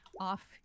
off